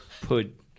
put